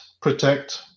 protect